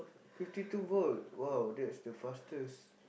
fifty two volt !wow! that's the fastest